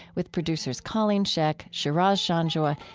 with producers colleen scheck, shiraz janjua,